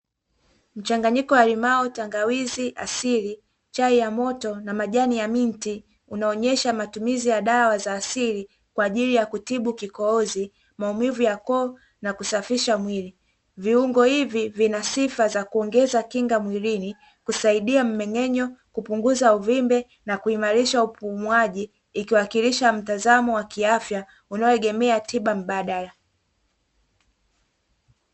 Mchanganyiko wa limau tangawizi asili chai ya moto na majani ya miti, unaonyesha matumizi ya dawa za asili kwa ajili ya kutibu kikohozi, maumivu ya koo na kusafisha mwili, viungo hivi vina sifa za kuongeza kinga mwilini kusaidia mmeng'enyo kupunguza uvimbe na kuimarisha upumuaji, ikiwakilisha mtazamo wa kiafya unaoegemea tiba mbadala.